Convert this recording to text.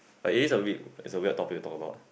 like is a bit is a weird topic to talk about